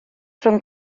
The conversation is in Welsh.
rhwng